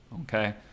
Okay